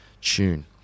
tune